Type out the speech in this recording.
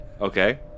Okay